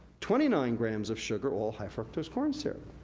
twenty nine grams of sugar, all high fructose corn syrup.